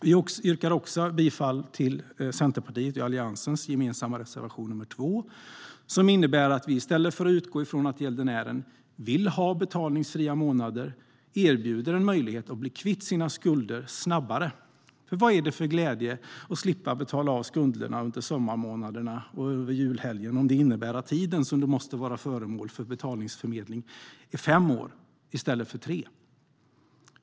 Jag yrkar också bifall till Alliansens gemensamma reservation 2, som innebär att vi i stället för att utgå från att gäldenären vill ha betalningsfria månader erbjuder personen en möjlighet att bli kvitt sina skulder snabbare. Vad ger det för glädje att slippa betala av skulderna under sommarmånaderna och julhelgen om det innebär att tiden du måste vara föremål för betalningsförmedling är fem år i stället för tre?